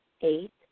eight